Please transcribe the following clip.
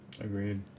Agreed